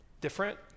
different